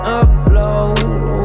upload